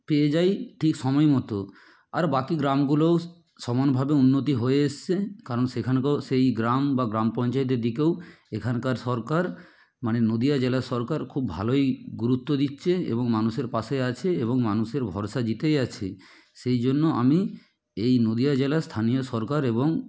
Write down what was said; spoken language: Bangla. পেয়ে যায় ঠিক সময় মতো আর বাকি গ্রামগুলোও সমানভাবে উন্নতি হয়ে এসেছে কারণ সেখানেও সেই গ্রাম বা গ্রাম পঞ্চায়েতের দিকেও এখানকার সরকার মানে নদিয়া জেলার সরকার খুব ভালোই গুরুত্ব দিচ্ছে এবং মানুষের পাশে আছে এবং মানুষের ভরসা জিতেই আছে সেই জন্য আমি এই নদিয়া জেলার স্থানীয় সরকার এবং